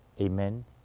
amen